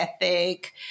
ethic